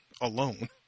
alone